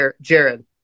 Jared